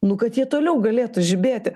nu kad jie toliau galėtų žibėti